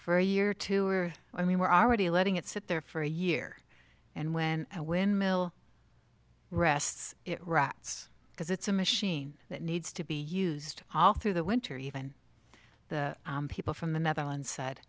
for a year or two or i mean we're already letting it sit there for a year and when and when mil rests it rots because it's a machine that needs to be used all through the winter even the people from the netherlands said